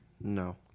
No